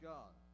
God